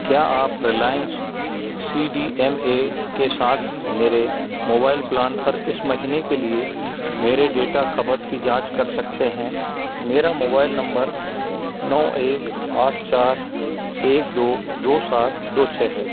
क्या आप Reliance C D M A के साथ मेरे मोबाइल प्लान पर इस महीने के लिए मेरे डेटा खपत की जाँच कर सकते हैं मेरा मोबाइल नंबर नौ एक आठ चार एक दो दो सात दो छः है